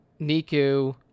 Niku